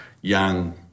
young